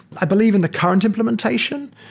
i believe in the current implementation,